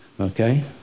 okay